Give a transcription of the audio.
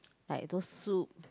like those soup